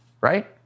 right